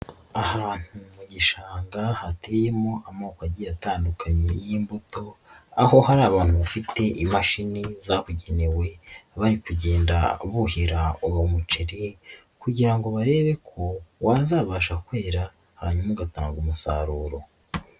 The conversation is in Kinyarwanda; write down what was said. Ahantu mu gishanga hateyemo amoko agiye atandukanye y'imbuto, aho hari abantu bafite imashini zabugenewe bari kugenda buhira uwo muceri kugira ngo barebe ko wazabasha kwera hanyuma ugatanga umusaruro.